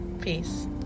Peace